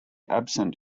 absent